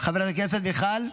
חברת הכנסת מיכל,